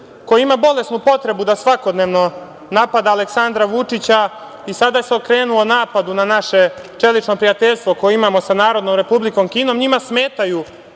koji ima bolesnu potrebu da svakodnevno napada Aleksandra Vučića i sada se okrenuo napadu na naše čelično prijateljstvo koje imamo sa Narodnom Republikom Kinom. Njima smetaju